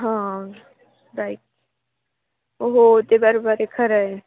हां राईट हो ते बरोबर आहे खरं आहे